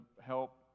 help